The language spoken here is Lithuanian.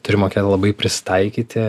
turi mokėt labai prisitaikyti